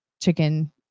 chicken